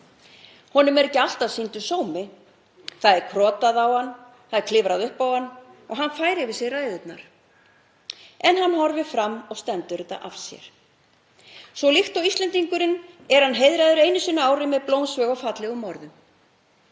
Honum er ekki alltaf sýndur sómi, það er krotað á hann, klifrað upp á hann og hann fær yfir sig ræðurnar. En hann horfir fram og stendur þetta af sér. Og líkt og Íslendingurinn er hann heiðraður einu sinni á ári með blómsveig og fallegum orðum.